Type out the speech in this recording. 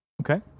Okay